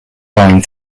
line